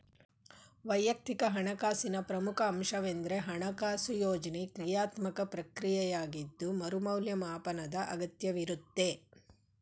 ವೈಯಕ್ತಿಕ ಹಣಕಾಸಿನ ಪ್ರಮುಖ ಅಂಶವೆಂದ್ರೆ ಹಣಕಾಸು ಯೋಜ್ನೆ ಕ್ರಿಯಾತ್ಮಕ ಪ್ರಕ್ರಿಯೆಯಾಗಿದ್ದು ಮರು ಮೌಲ್ಯಮಾಪನದ ಅಗತ್ಯವಿರುತ್ತೆ